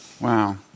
Wow